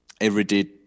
everyday